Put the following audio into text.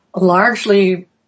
Largely